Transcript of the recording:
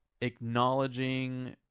acknowledging